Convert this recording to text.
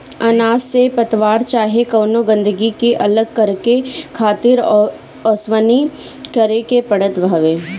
अनाज से पतवार चाहे कवनो गंदगी के अलग करके खातिर ओसवनी करे के पड़त हवे